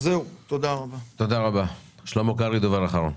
שלמה קרעי, בבקשה.